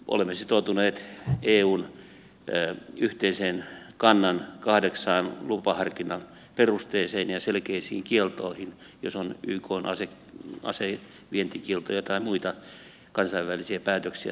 nimittäin olemme sitoutuneet eun yhteisen kannan kahdeksaan lupaharkinnan perusteeseen ja selkeisiin kieltoihin jos on ykn asevientikieltoja tai muita kansainvälisiä päätöksiä tai sitoumuksia